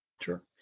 Sure